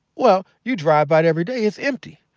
well, you drive by it every day, it's empty.